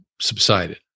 subsided